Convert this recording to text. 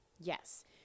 yes